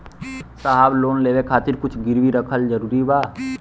साहब लोन लेवे खातिर कुछ गिरवी रखल जरूरी बा?